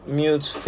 mute